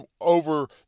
over